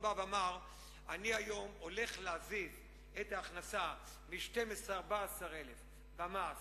הוא לא בא ואמר: אני היום הולך להזיז את ההכנסה מ-12,000 14,000 במס